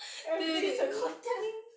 every thing is a content